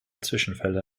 zwischenfälle